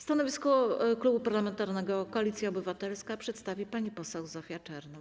Stanowisko Klubu Parlamentarnego Koalicja Obywatelska przedstawi pani poseł Zofia Czernow.